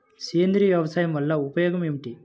సేంద్రీయ వ్యవసాయం వల్ల ఉపయోగం ఏమిటి?